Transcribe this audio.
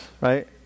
right